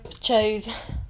chose